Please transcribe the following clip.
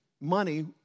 money